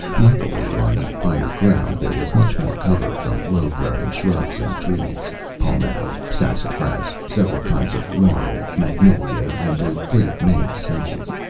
luckily, on the higher ground there was much more cover from low-growing shrubs and trees palmetto, sassafras, several kinds of laurel, magnolia, and a great many sedges.